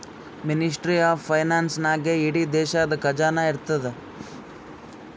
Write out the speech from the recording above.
ministry of finance ನಾಗೇ ಇಡೀ ದೇಶದು ಖಜಾನಾ ಇರ್ತುದ್